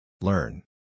Learn